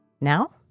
Now